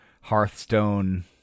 hearthstone